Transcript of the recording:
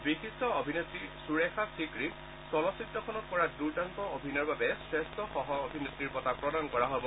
বিশিষ্ট অভিনেত্ৰী সূৰেখা শিকৰীক চলচ্চিত্ৰখনত কৰা দুৰ্দান্ত অভিনয়ৰ বাবে শ্ৰেষ্ঠ সহ অভিনেত্ৰীৰ বঁটা প্ৰদান কৰা হব